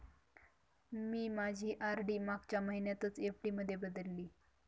मी माझी आर.डी मागच्या महिन्यातच एफ.डी मध्ये बदलली